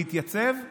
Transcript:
להתייצב?